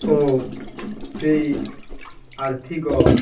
ଓ ସେଇ ଆର୍ଥିକ